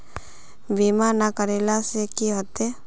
बीमा ना करेला से की होते?